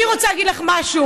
אני רוצה להגיד לך משהו,